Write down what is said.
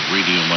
Radio